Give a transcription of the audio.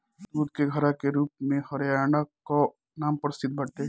दूध के घड़ा के रूप में हरियाणा कअ नाम प्रसिद्ध बाटे